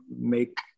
make